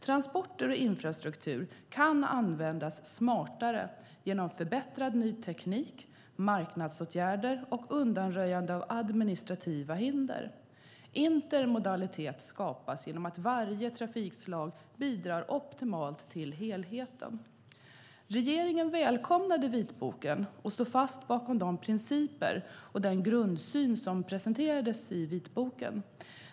Transporter och infrastruktur kan användas smartare genom förbättrad ny teknik, marknadsåtgärder och undanröjande av administrativa hinder. Intermodalitet skapas genom att varje trafikslag bidrar optimalt till helheten. Regeringen välkomnade vitboken och står fast bakom de principer och den grundsyn som presenterades i vitboken.